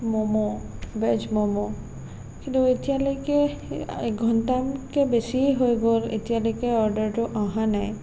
momo veg momo কিন্তু এতিয়ালৈকে এঘণ্টাতকৈ বেছি হৈ গ'ল এতিয়ালৈকে অৰ্ডাৰটো অহা নাই